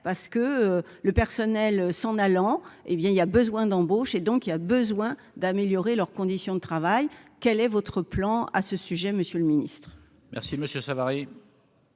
parce que le personnel s'en allant, hé bien il y a besoin d'embauche et donc il a besoin d'améliorer leurs conditions de travail, quel est votre plan à ce sujet, Monsieur le Ministre. Merci Monsieur Savary.